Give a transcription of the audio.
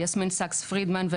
יסמין סאקס פרידמן,